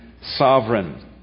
sovereign